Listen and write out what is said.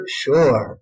sure